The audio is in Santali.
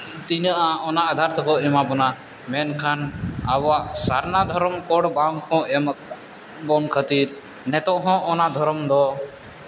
ᱛᱤᱱᱟᱹᱜᱼᱟ ᱚᱱᱟ ᱟᱫᱷᱟᱨᱟ ᱛᱮᱠᱚ ᱮᱢᱟ ᱵᱚᱱᱟ ᱢᱮᱱᱠᱷᱟᱱ ᱟᱵᱚᱣᱟᱜ ᱥᱟᱨᱱᱟ ᱫᱷᱚᱨᱚᱢ ᱠᱳᱰ ᱵᱟᱝ ᱠᱚ ᱮᱢᱟ ᱵᱚᱱ ᱠᱷᱟᱹᱛᱤᱨ ᱱᱤᱛᱚᱜ ᱦᱚᱸ ᱚᱱᱟ ᱫᱷᱚᱨᱚᱢ ᱫᱚ